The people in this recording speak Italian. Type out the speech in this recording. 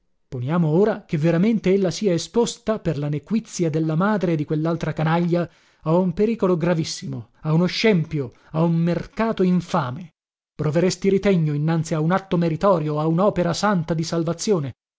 poniamo ora che veramente ella sia esposta per la nequizia della madre e di quellaltra canaglia a un pericolo gravissimo a uno scempio a un mercato infame proveresti ritegno innanzi a un atto meritorio a unopera santa di